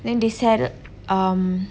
then they sell um